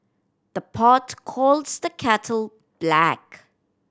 the pot calls the kettle black